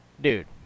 Dude